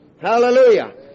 Hallelujah